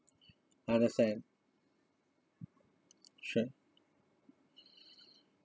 understand sure